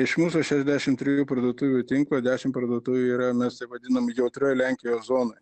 iš mūsų šešdešim trijų parduotuvių tinklo dešim parduotuvių yra mes taip vadinam jautrioj lenkijos zonoj